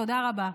תודה רבה.